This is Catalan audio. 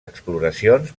exploracions